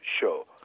show